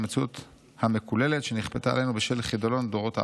המציאות המקוללת שנכפתה עלינו בשל חדלון דורות העבר".